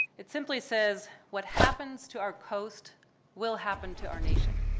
it simply says what happens to our coast will happen to our nation.